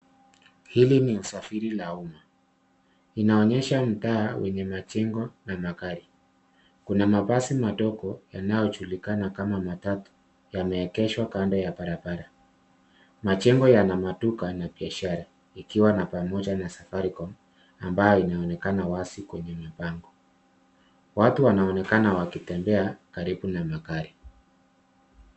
Hili ni usafiri la umma, inaonyesha mtaa wenye majengo na magari. Kuna mabasi madogo yanayojulikana kama matatu, yameegeshwa kando ya barabara. Majengo yana maduka na biashara ikiwa na pamoja na Safaricom ambayo inaonekana wazi kwenye mabango. Watu wanaonekana wakitembea karibu na magari.